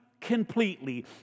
Completely